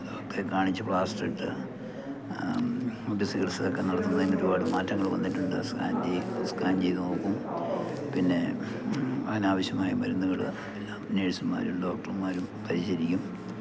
ഡോക്ടറെ കാണിച്ചു പ്ലാസ്റ്ററിട്ട് ചികിത്സയൊക്കെ നടത്തുന്നത് അതിന് ഒരുപാട് മാറ്റങ്ങൾ വന്നിട്ടുണ്ട് സ്കാൻ ചെയ്തു സ്കാൻ ചെയ്തു നോക്കും പിന്നെ അനാവശ്യമായ മരുന്നുകൾ എല്ലാ നേഴ്സുമാരും ഡോക്ടർമാരും പരിചരിക്കും